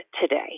today